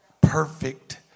perfect